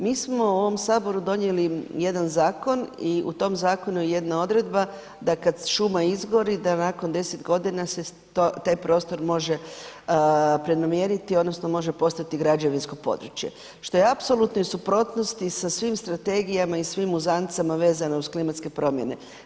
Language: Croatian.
Mi smo u ovom saboru donijeli jedan zakon i u tom zakonu je jedna odredba da kad šuma izgori da nakon 10 godina se taj prostor može prenamijeniti odnosno može postati građevinsko područje što je u apsolutnoj suprotnosti sa svim strategijama i svim uzancama vezano uz klimatske promjene.